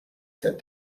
said